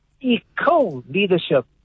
eco-leadership